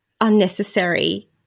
unnecessary